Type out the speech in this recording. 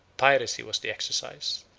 piracy was the exercise,